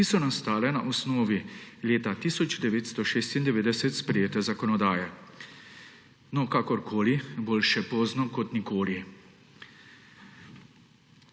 ki so nastale na osnovi leta 1996 sprejete zakonodaje. No, kakorkoli, boljše pozno kot nikoli.